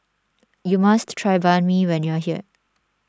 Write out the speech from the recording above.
you must try Banh Mi when you are here